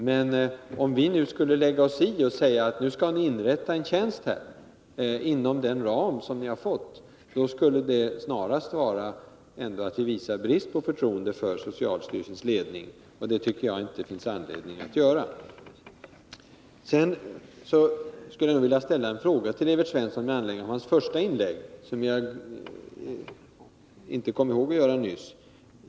Men om vi nu skulle lägga oss i och säga att ni skall inrätta en viss tjänst inom den ram som ni har fått, då skulle det vara att visa brist på förtroende för socialstyrelsens ledning, och det tycker jag inte att det finns anledning att göra. hans första inlägg som jag inte kom ihåg att ställa nyss.